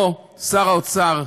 או ששר האוצר,